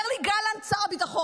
אומר לי גלנט, שר הביטחון,